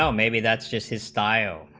so maybe that's just his style,